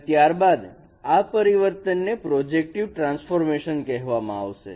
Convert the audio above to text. અને ત્યાર બાદ આ પરિવર્તન ને પ્રોજેક્ટિવ ટ્રાન્સફોર્મેશન કહેવામાં આવશે